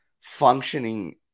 functioning